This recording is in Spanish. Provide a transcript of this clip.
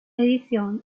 edición